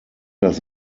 das